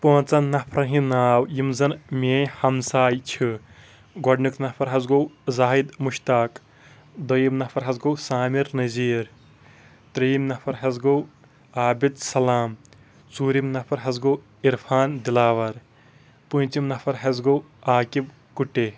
پانٛژھن نفرن ہٕنٛدۍ ناو یِم زن میٲنۍ ہمساے چھِ گۄڈٕنیُک نفر حظ گوٚو زاہد مُشتاق دوٚیِم نفر حظ گوٚو سامر نزیٖر ترٛیِم نفر حظ گوٚو عابد سلام ژوٗرِم نفر حظ گوٚو عرفان دلاور پوٗنٛژِم نفر حظ گوٚو عاقب کُٹے